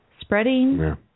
Spreading